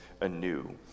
anew